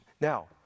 Now